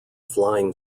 flying